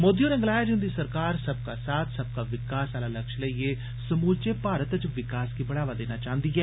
मोदी होरें गलाया जे उंदी सरकार ''सबका साथ सबका विकास'' आला लक्ष्य लेइयै समूलचे भारत च विकास गी बढ़ावा देना चाहंदी ऐ